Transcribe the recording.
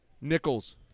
Nichols